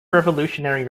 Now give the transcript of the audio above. revolutionary